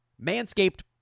Manscaped